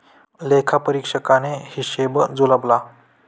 लेखापरीक्षकाने हिशेब जुळवला